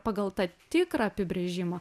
pagal tą tikrą apibrėžimą